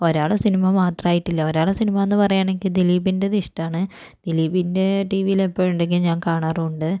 ഒരാളുടെ സിനിമ മാത്രമായിട്ടില്ല ഒരാളുടെ സിനിമയെന്നു പറയുകയാണെങ്കിൽ ദിലീപിൻ്റത് ഇഷ്ടമാണ് ദിലീപിൻ്റെ ടീവിയിൽ എപ്പോൾ ഉണ്ടെങ്കിലും ഞാൻ കാണാറുണ്ട്